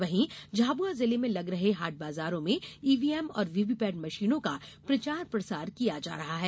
वहीं झाबुआ जिले में लग रहे हाट बाजारों में ईवीएम और वीवीपैट मशीनों का प्रचार प्रसार किया जा रहा है